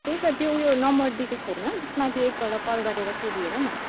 त्यही त त्यो ऊ यो नम्बर दिएको छैन त्यसमा त्यो एकपल्ट कल गरेर सोधिहेर न